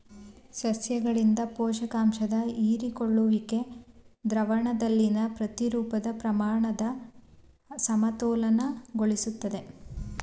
ಸಸ್ಯಗಳಿಂದ ಪೋಷಕಾಂಶದ ಹೀರಿಕೊಳ್ಳುವಿಕೆ ದ್ರಾವಣದಲ್ಲಿನ ಪ್ರತಿರೂಪದ ಪ್ರಮಾಣನ ಅಸಮತೋಲನಗೊಳಿಸ್ತದೆ